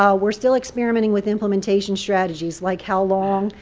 um we're still experimenting with implementation strategies, like how long,